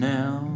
now